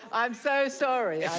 i'm so sorry.